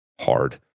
hard